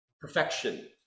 Perfection